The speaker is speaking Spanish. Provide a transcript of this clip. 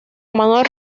manuel